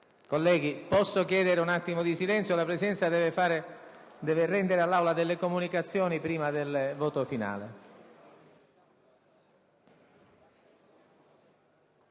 Colleghi, posso chiedere un momento di silenzio? La Presidenza deve rendere delle comunicazioni all'Aula prima del voto finale.